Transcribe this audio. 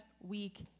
week